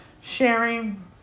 sharing